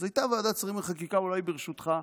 אז ועדת שרים לחקיקה, אולי בראשותך,